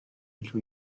rydw